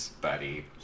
buddy